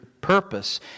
purpose